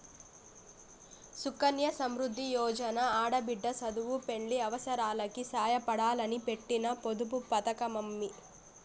సుకన్య సమృద్ది యోజన ఆడబిడ్డ సదువు, పెండ్లి అవసారాలకి సాయపడాలని పెట్టిన పొదుపు పతకమమ్మీ